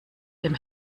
dem